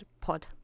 pod